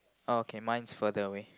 okay mine is further away